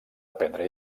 aprendre